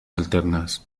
alternas